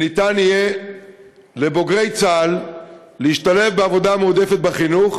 שניתן יהיה לבוגרי צה"ל להשתלב בעבודה מועדפת בחינוך,